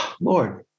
Lord